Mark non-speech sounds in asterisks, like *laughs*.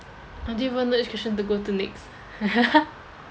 I don't even know which question to go to next *laughs*